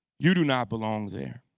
you do not belong there.